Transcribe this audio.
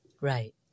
Right